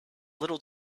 little